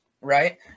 right